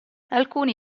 alcuni